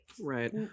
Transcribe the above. right